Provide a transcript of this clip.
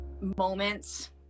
moments